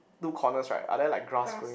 two corners right are there like grass growing